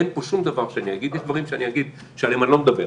אין פה שום דבר שאני אגיד יש דברים שאני אגיד שעליהם אני לא מדבר,